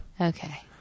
Okay